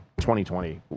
2020